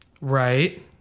Right